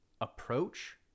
approach